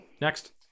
Next